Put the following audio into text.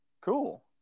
Cool